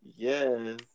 Yes